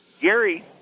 Gary